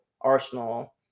Arsenal –